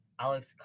Alex